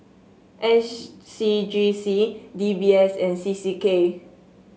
S C G C D B S and C C K